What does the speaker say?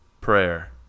prayer